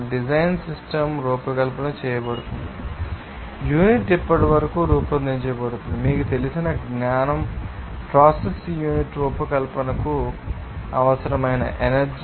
design system రూపకల్పన చేయబడుతుంది లేదా యూనిట్ ఇప్పటివరకు రూపొందించబడుతుంది మీకు తెలిసిన జ్ఞానం ప్రాసెస్ యూనిట్ రూపకల్పనకు అవసరమైన ఎనర్జీ